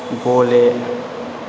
ग'ले